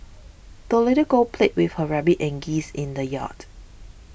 the little girl played with her rabbit and geese in the yard